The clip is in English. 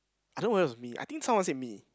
I don't know whether it was me I think someone said me